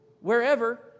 wherever